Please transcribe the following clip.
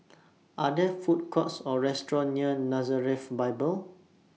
Are There Food Courts Or restaurants near Nazareth Bible